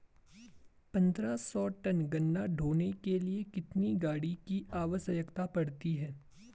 पन्द्रह सौ टन गन्ना ढोने के लिए कितनी गाड़ी की आवश्यकता पड़ती है?